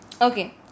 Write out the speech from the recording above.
Okay